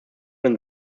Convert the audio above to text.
when